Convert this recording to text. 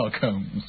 Holmes